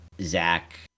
Zach